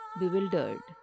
bewildered